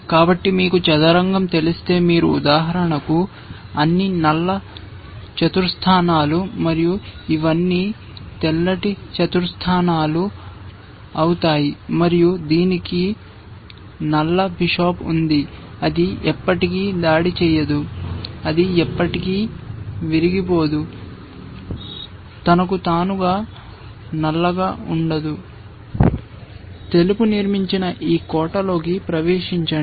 కాబట్టి మీకు చదరంగం తెలిస్తే మీరు ఉదాహరణకు అన్ని నల్ల చతురస్రాలు మరియు ఇవన్నీ తెల్లటి చతురస్రాలు అవుతాయి మరియు దీనికి నల్ల బిషప్ ఉంది అది ఎప్పటికీ దాడి చేయదు అది ఎప్పటికీ విరిగిపోదు తనకు తానుగా నల్లగా ఉండదు తెలుపు నిర్మించిన ఈ కోటలోకి ప్రవేశించండి